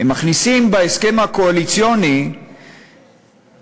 הם מכניסים בהסכם הקואליציוני שתוקם